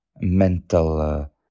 mental